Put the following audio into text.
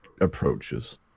approaches